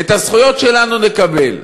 את הזכויות שלנו נקבל.